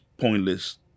pointless